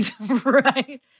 Right